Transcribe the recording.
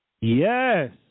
Yes